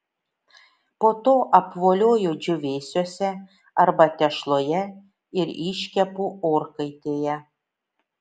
po to apvolioju džiūvėsiuose arba tešloje ir iškepu orkaitėje